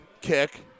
kick